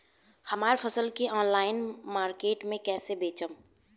हमार फसल के ऑनलाइन मार्केट मे कैसे बेचम?